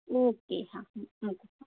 okay હા મુકું